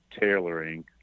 tailoring